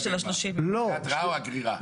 מההתראה או הגרירה?